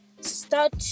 start